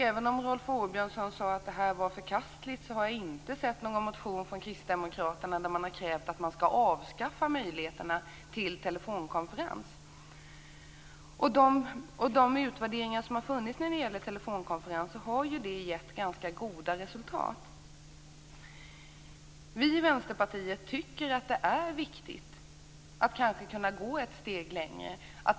Även om Rolf Åbjörnsson sade att det var förkastligt, har jag inte sett någon motion från kristdemokraterna där man har krävt ett avskaffande av möjligheterna till telefonkonferens. Utvärderingar av telefonkonferenser har visat att de har gett goda resultat. Vi i Vänsterpartiet tycker att det är viktigt att kunna gå ett steg längre.